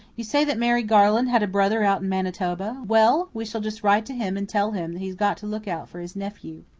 you say that mary garland had a brother out in manitoba? well, we shall just write to him and tell him he's got to look out for his nephew.